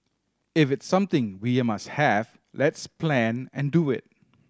if it's something we're must have let's plan and do it